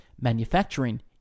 manufacturing